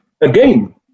again